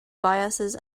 biases